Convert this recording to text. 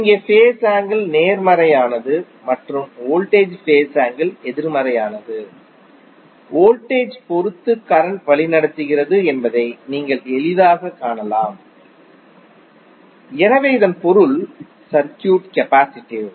இங்கே phase angle நேர்மறையானது மற்றும் வோல்டேஜ் ஃபேஸ் ஆங்கிள் எதிர்மறையானது வோல்டேஜ் பொறுத்து கரண்ட் வழிநடத்துகிறது என்பதை நீங்கள் எளிதாகக் காணலாம் எனவே இதன் பொருள் சர்க்யூட் கெபாசிடிவ்